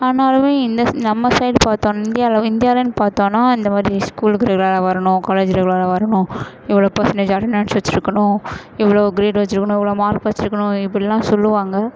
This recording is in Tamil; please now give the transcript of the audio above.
ஆனாலும் இந்த நம்ம சைட் பாத்தோன்னா இந்தியாவில் இந்தியாவிலன்னு பார்த்தோன்னா இந்த மாதிரி ஸ்கூலுக்கு ரெகுலராக வரணும் காலேஜு ரெகுலராக வரணும் இவ்வளோ பர்சண்டேஜ் அட்டனன்ஸ் வச்சுருக்கணும் இவ்வளோ க்ரேட் வச்சுருக்கணும் இவ்வளோ மார்க் வச்சுருக்கணும் இப்படிலாம் சொல்லுவாங்க